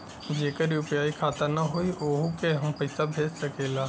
जेकर यू.पी.आई खाता ना होई वोहू के हम पैसा भेज सकीला?